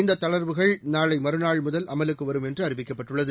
இந்த தளர்வுகள் நாளை மறுநாள் முதல் அமலுக்கு வரும் என்று அறிவிக்கப்பட்டுள்ளது